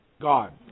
God